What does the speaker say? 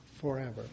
forever